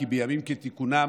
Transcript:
כי בימים כתיקונם